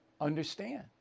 understand